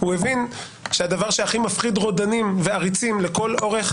הוא הבין שהדבר שהכי מפחיד רודנים ועריצים לכל אורך